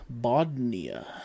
Bodnia